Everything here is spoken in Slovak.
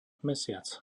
mesiac